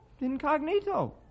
Incognito